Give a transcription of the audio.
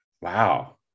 wow